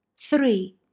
three